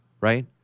right